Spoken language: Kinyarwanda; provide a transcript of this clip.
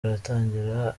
aratangira